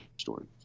story